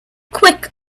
quick